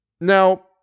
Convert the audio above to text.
Now